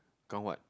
count what